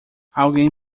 alguém